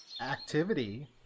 activity